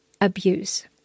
abuse